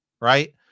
right